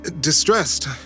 distressed